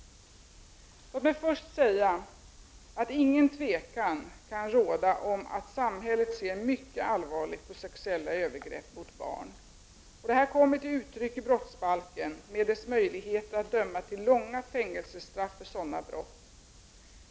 Låt mig först säga att ingen tvekan kan råda om att samhället ser mycket allvarligt på sexuella övergrepp mot barn. Detta kommer till uttryck i brotts balken med dess möjligheter att döma till långa fängelsestraff för sådana brott.